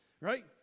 right